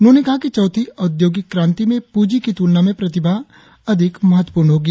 उन्होंने कहा कि चौथी औद्योगिक क्रांति में प्रजी की तुलना में प्रतिभा अधिक महत्वपूर्ण होगी